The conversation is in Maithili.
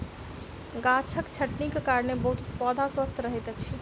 गाछक छटनीक कारणेँ पौधा स्वस्थ रहैत अछि